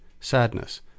sadness